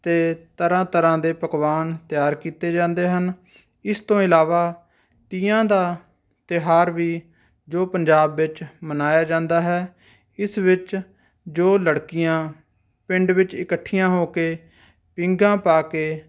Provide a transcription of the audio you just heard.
ਅਤੇ ਤਰ੍ਹਾਂ ਤਰ੍ਹਾਂ ਦੇ ਪਕਵਾਨ ਤਿਆਰ ਕੀਤੇ ਜਾਂਦੇ ਹਨ ਇਸ ਤੋਂ ਇਲਾਵਾ ਤੀਆਂ ਦਾ ਤਿਉਹਾਰ ਵੀ ਜੋ ਪੰਜਾਬ ਵਿੱਚ ਮਨਾਇਆ ਜਾਂਦਾ ਹੈ ਇਸ ਵਿੱਚ ਜੋ ਲੜਕੀਆਂ ਪਿੰਡ ਵਿੱਚ ਇੱਕਠੀਆਂ ਹੋ ਕੇ ਪੀਘਾਂ ਪਾ ਕੇ